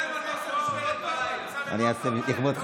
אמסלם לא טוב להם, לא בא להם טוב?